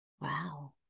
Wow